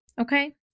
Okay